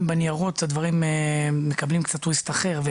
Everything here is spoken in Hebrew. הדברים מקבלים טוויסט קצת אחר בניירות,